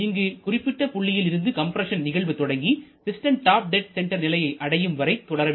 இந்த குறிப்பிட்ட புள்ளியிலிருந்து கம்ப்ரஸன் நிகழ்வு தொடங்கி பிஸ்டன் டாப் டெட் சென்டர் நிலையை அடையும் வரை தொடர வேண்டும்